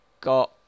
got